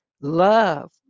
love